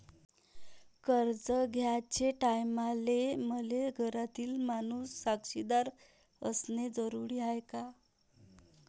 कर्ज घ्याचे टायमाले मले घरातील माणूस साक्षीदार असणे जरुरी हाय का?